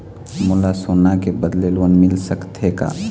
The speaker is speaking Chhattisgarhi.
मोला सोना के बदले लोन मिल सकथे का?